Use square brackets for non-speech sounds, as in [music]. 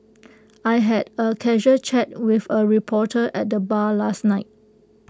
[noise] I had A casual chat with A reporter at the bar last night